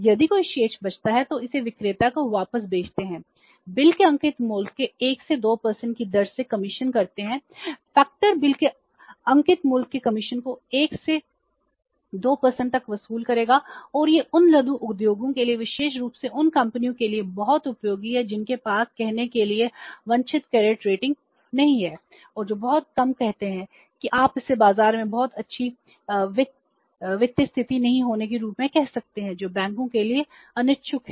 यदि कोई शेष बचता है तो वे इसे विक्रेता को वापस भेजते हैं बिल के अंकित मूल्य के 1 से 2 की दर से कमीशन करते हैं फैक्टर नहीं है और जो बहुत कम कहते हैं कि आप इसे बाजार में बहुत अच्छी वित्तीय स्थिति नहीं होने के रूप में कह सकते हैं जो बैंकों के लिए अनिच्छुक हैं